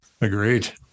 Agreed